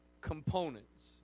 components